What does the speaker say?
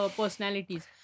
personalities